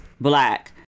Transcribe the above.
Black